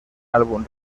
álbum